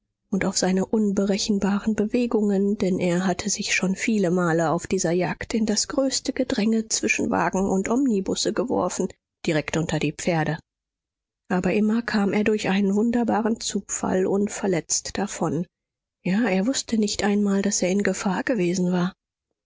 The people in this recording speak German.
und auf seine unberechenbaren bewegungen denn er hatte sich schon viele male auf dieser jagd in das größte gedränge zwischen wagen und omnibusse geworfen direkt unter die pferde aber immer kam er durch einen wunderbaren zufall unverletzt davon ja er wußte nicht einmal daß er in gefahr gewesen war